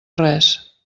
res